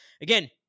again